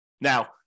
Now